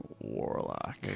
warlock